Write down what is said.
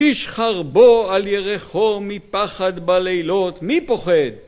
איש חרבו על ירחו מפחד בלילות, מי פוחד?